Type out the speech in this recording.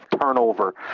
turnover